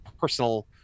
personal